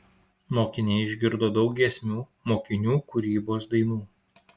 mokiniai išgirdo daug giesmių mokinių kūrybos dainų